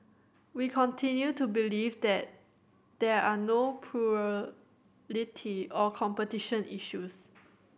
we continue to believe that there are no plurality or competition issues